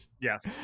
Yes